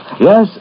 Yes